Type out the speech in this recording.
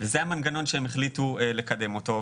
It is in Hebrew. וזה המנגנון שהם החליטו לקדם אותו.